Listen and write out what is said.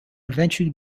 eventually